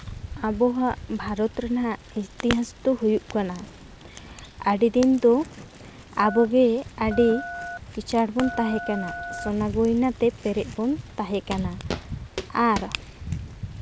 ᱟᱵᱚᱦᱚᱸ ᱵᱷᱟᱨᱚᱛ ᱨᱮᱱᱟᱜ ᱤᱛᱤᱦᱟᱥ ᱫᱚ ᱦᱩᱭᱩᱜ ᱠᱟᱱᱟ ᱟᱹᱰᱤᱫᱤᱱ ᱫᱚ ᱟᱵᱚᱜᱮ ᱟᱹᱰᱤ ᱠᱤᱥᱟᱹᱲ ᱵᱚᱱ ᱛᱟᱦᱮᱸ ᱠᱟᱱᱟ ᱥᱚᱱᱟ ᱜᱚᱭᱱᱟᱛᱮ ᱯᱮᱨᱮᱡ ᱵᱚᱱ ᱛᱟᱦᱮᱸ ᱠᱟᱱᱟ ᱟᱨ